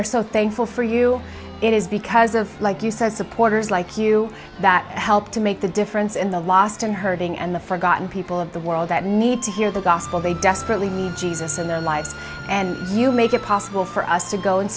are so thankful for you it is because of like you said supporters like you that help to make the difference in the lost and hurting and the forgotten people of the world that need to hear the gospel they desperately need jesus in their lives and you make it possible for us to go and